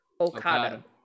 Okada